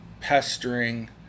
pestering